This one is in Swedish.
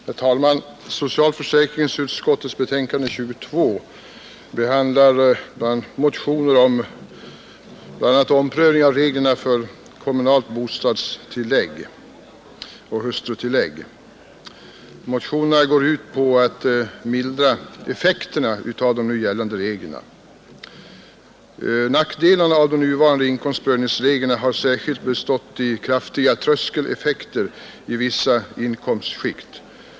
Herr talman! I socialförsäkringsutskottets betänkande nr 22 behandlas motioner beträffande bl.a. omprövning av reglerna för kommunalt bostadstillägg och hustrutillägg. Motionerna går ut på att mildra effekterna av de nu gällande reglerna. Nackdelarna av de nuvarande inkomstprövningsreglerna har särskilt bestått i kraftiga tröskeleffekter i vissa inkomstskikt.